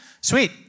Sweet